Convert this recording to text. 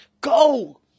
go